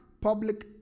public